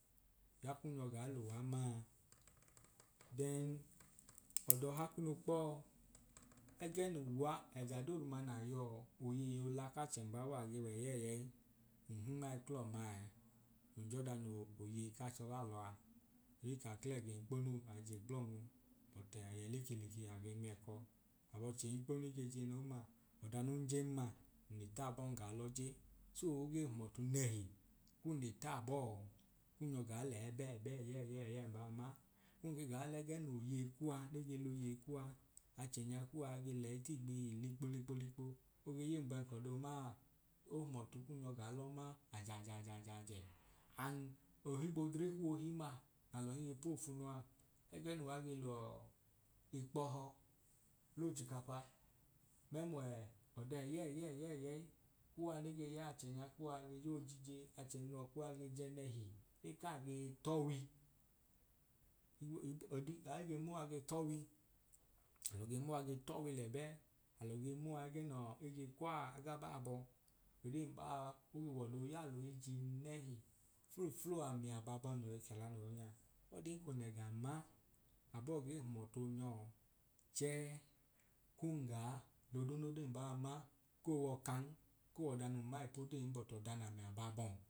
Ya kun nyọ gaa luwa maa. then, ọdọha kunu kpọọ, ẹgẹ nuwa ẹga dodu ma na yọọ oyei ola ka chem'babo a ge wẹ'yẹi ẹyẹi. nhi mai kla maẹ, njọ da no wo yei ka chọ lalọ a. a je ka kl'ẹga ekponuu, ai je gblọnwu, but e ayẹ leke leke a ge mi'ẹkọ. ab'ọchẹ ekponu ke jinun ma, ọda nun jen ma n le taa bọọ n gaa lọọ je. so ogee hum ọtu nẹhi kun le taabọọ kun nyọ gaa la ẹbẹ ẹbẹ ẹyẹ ẹyẹi ẹyẹi ẹyẹi mbaa ma. kun ke gaa le ge no yeyi kuwa, ne ge l'oyei kuwaa, achẹnya kuwa ge leyi t'igbihi likpo likpo likpo, oge yum bẹẹ k'ọdoomaa, ohum ọtu kun nyọ gaa lọ ma ajajajajaajẹ. and, ohigb' odre kuwa ohim ma, alọi ge poofunu a, ẹgẹ nuwa ge lọọ ikpọhọ l'ochikapa memlue ọda ẹyẹẹyẹẹyẹẹyẹi kuwa ne ge yaa achẹnya kuwa ke joo jije. Achẹnyilọ kuwa ke jẹ nẹhi, ekaa ge t'ọwi, aage muwa ge t'ọwi, alọ ge muwa ge t'ọwi lẹbe, alọ ge muwa ẹgẹ ne ge kwa agaba abọ. odee mbaa ow'ọdo yalọ eyijii nẹhi. fluflu ami ababọhim no yọi kela no yọ nya, odin kun lega ma, abọọ ge hum ọtu onyọọ chẹẹ kun gaa lo dundodee mbaa ma, koo w'ọkan, koo w'ọdan nun ma ipo deen but ọda na ami abaabọm